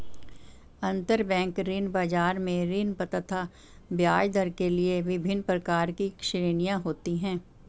अंतरबैंक ऋण बाजार में ऋण तथा ब्याजदर के लिए विभिन्न प्रकार की श्रेणियां होती है